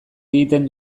egiten